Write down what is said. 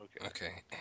Okay